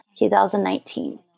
2019